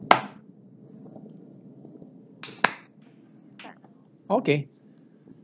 okay